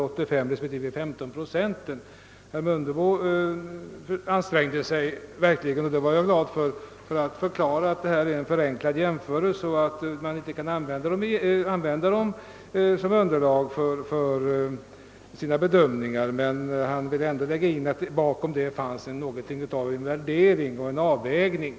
Herr Mundebo ansträngde sig verkligen — och det är jag glad över — för att förklara att det gäller en förenklad jämförelse och att siffrorna inte kan användas som underlag för en bedömning. Han ville emellertid ändå ge intryck av att det bakom dem skulle ligga något av en värdering och en avvägning.